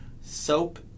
soap